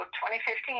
2015